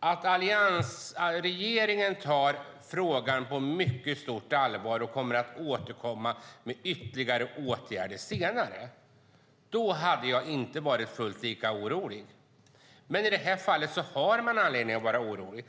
att alliansregeringen tar frågan på mycket stort allvar och kommer att återkomma med ytterligare åtgärder senare hade jag inte varit fullt lika orolig. Nu har man anledning att vara orolig.